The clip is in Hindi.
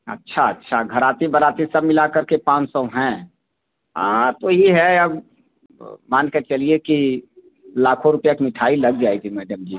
अच्छा अच्छा घराती बराती सब मिला कर के पाँच सौ हैं हाँ तो ही है अब मानकर चलिए कि लाखों रुपया की मिठाई लग जाएगी मैडम जी